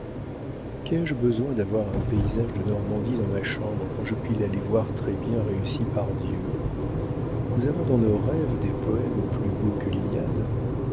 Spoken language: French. qu'ai-je besoin d'avoir un paysage de normandie dans ma chambre quand je puis l'aller voir très bien réussi par dieu nous avons dans nos rêves des poëmes plus beaux que l'iliade